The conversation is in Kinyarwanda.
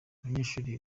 abanyeshuri